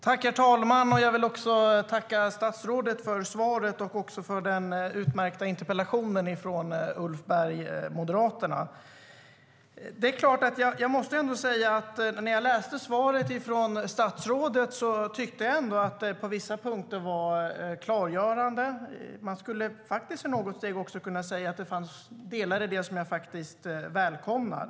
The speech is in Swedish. Herr talman! Jag vill tacka statsrådet för svaret och tacka Ulf Berg från Moderaterna för den utmärkta interpellationen. När jag läste svaret från statsrådet tyckte jag att det på vissa punkter var klargörande. Jag skulle faktiskt kunna säga att det finns delar i det som jag välkomnar.